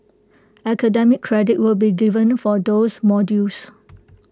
academic credit will be given for these modules